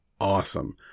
awesome